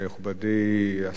מכובדי השר,